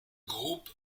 groupe